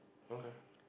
okay